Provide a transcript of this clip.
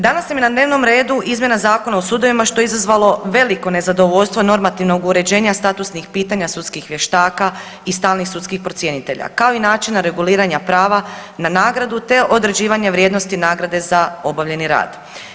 Danas je na dnevnom redu izmjena Zakona o sudovima što je izazvalo veliko nezadovoljstvo normativnog uređenja statusnih pitanja sudskih vještaka i stalnih sudskih procjenitelja kao i načina reguliranja prava na nagradu te određivanje vrijednosti nagrade za obavljeni rad.